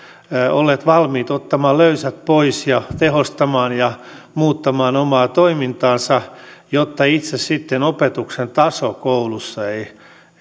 olleet valmiit ottamaan löysät pois ja tehostamaan ja muuttamaan omaa toimintaansa jotta sitten itse opetuksen taso koulussa ei